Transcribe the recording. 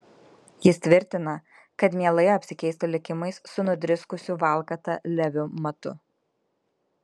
jis tvirtina kad mielai apsikeistų likimais su nudriskusiu valkata leviu matu